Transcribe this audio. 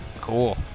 Cool